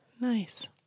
Nice